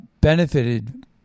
benefited